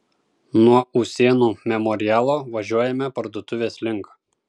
nuo usėnų memorialo važiuojame parduotuvės link